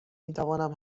میتوانم